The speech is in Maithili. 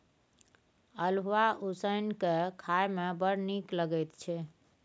अल्हुआ उसनि कए खाए मे बड़ नीक लगैत छै